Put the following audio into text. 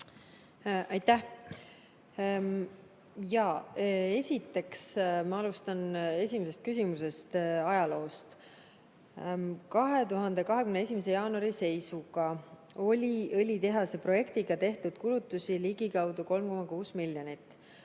Aitäh! Ma alustan esimesest küsimusest, ajaloost. 2021. jaanuari seisuga oli õlitehase projektis tehtud kulutusi ligikaudu 3,6 miljonit,